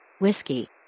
Whiskey